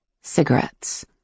cigarettes